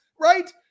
right